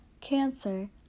Cancer